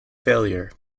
failure